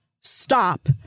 stop